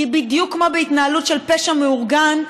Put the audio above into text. כי בדיוק כמו בהתנהלות של פשע מאורגן,